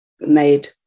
made